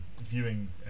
viewing